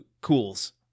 Cools